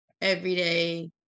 everyday